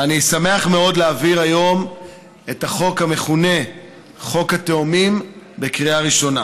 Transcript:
אני שמח מאוד להעביר היום את החוק המכונה "חוק התאומים" בקריאה ראשונה.